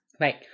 Right